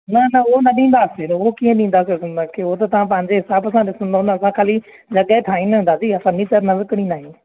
न न उहो न ॾींदासीं उहो कीअं ॾींदासीं तव्हां खे उहो त तव्हां पंहिंजे हिसाब सां ॾिंसदव न असां खाली जॻहि ठाहींदायूं दादी फर्नीचर न विकिणींदा आहियूं